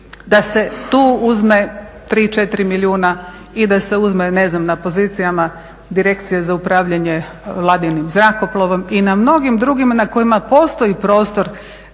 da se tu uzme 3-4 milijuna i da se uzme na pozicijama direkcija za upravljanje vladinim zrakoplovom i na mnogim drugim na kojima postoji prostor.